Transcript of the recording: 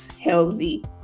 healthy